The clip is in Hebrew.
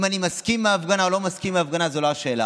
אם אני מסכים עם ההפגנה או לא מסכים עם הפגנה זו לא השאלה,